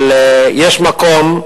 אבל יש מקום,